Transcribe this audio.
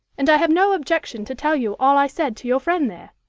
and i have no objection to tell you all i said to your friend there.